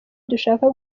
dushaka